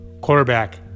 quarterback